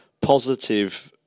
positive